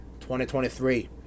2023